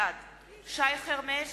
בעד שי חרמש,